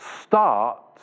start